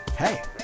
Hey